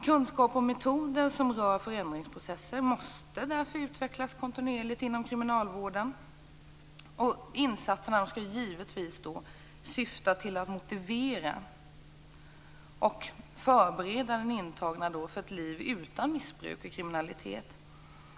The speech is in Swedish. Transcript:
Kunskap och metoder som rör förändringsprocesser måste därför utvecklas kontinuerligt inom kriminalvården, och insatserna skall givetvis syfta till att motivera och förbereda den intagna för ett liv utan missbruk och kriminalitet.